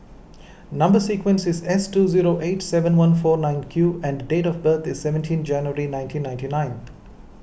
Number Sequence is S two zero eight seven one four nine Q and date of birth is seventeen January nineteen ninety nine